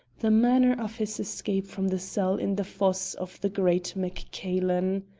the manner of his escape from the cell in the fosse of the great maccailen.